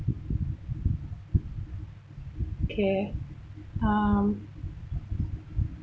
okay um